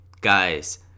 guys